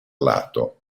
lato